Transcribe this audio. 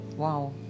Wow